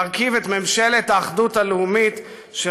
להרכיב את ממשלת האחדות הלאומית בראשותו,